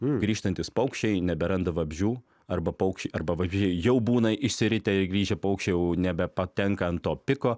grįžtantys paukščiai neberanda vabzdžių arba paukščiai arba vabzdžiai jau būna išsiritę ir grįžę paukščiai jau nebepatenka ant to piko